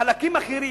חלקים אחרים.